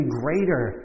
greater